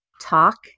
Talk